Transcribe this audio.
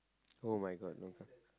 [oh]-my-god no